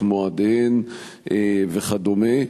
את מועדיהן וכדומה.